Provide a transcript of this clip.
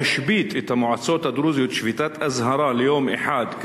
להשבית את המועצות הדרוזיות שביתת אזהרה ליום אחד,